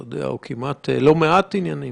על לא מעט עניינים.